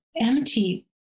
empty